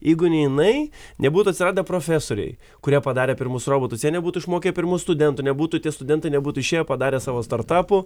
jeigu ne jinai nebūtų atsiradę profesoriai kurie padarė pirmus robotus jie nebūtų išmokę pirmųjų studentų nebūtų tie studentai nebūtų išėję padarė savo startapų